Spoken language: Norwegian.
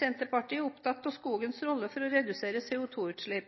Senterpartiet er opptatt av skogens rolle